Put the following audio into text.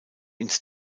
ins